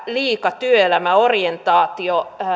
liika työelämäorientaatio